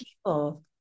people